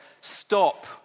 stop